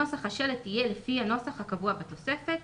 נוסח השלט יהיה לפי הנוסח הקבוע בתוספת.